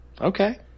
Okay